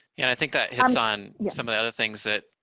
and i think that has done some of the other things that